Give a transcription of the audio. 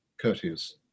courteous